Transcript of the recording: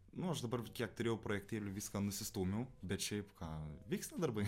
nu aš dabar kiek turėjau projektėlių viską nusistūmiau bet šiaip ką vyksta darbai